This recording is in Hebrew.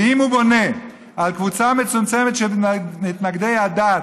ואם הוא בונה על קבוצה מצומצמת של מתנגדי הדת,